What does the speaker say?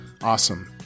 Awesome